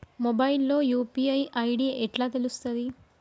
Mobile లో UPI ID ఎట్లా తెలుస్తది?